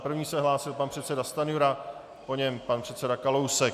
První se hlásil pan předseda Stanjura, po něm pan předseda Kalousek.